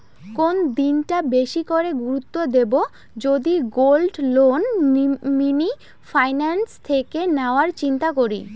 কোন দিকটা বেশি করে গুরুত্ব দেব যদি গোল্ড লোন মিনি ফাইন্যান্স থেকে নেওয়ার চিন্তা করি?